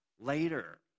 later